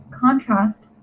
contrast